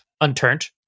unturned